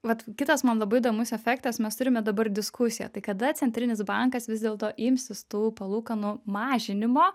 vat kitas man labai įdomus efektas mes turime dabar diskusiją tai kada centrinis bankas vis dėlto imsis tų palūkanų mažinimo